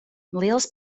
liels